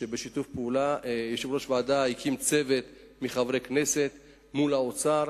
שבשיתוף פעולה עם יושב-ראש הוועדה הקים צוות של חברי הכנסת מול האוצר,